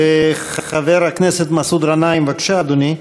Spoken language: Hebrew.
חבר הכנסת מסעוד גנאים, בבקשה, אדוני.